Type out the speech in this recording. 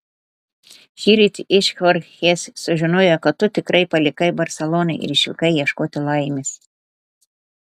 šįryt iš chorchės sužinojau kad tu tikrai palikai barseloną ir išvykai ieškoti laimės